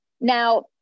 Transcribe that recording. Now